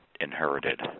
inherited